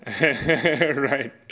Right